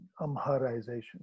Amharization